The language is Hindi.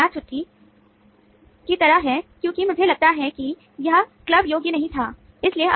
क्या छुट्टी क्लबबेल हैं